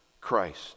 Christ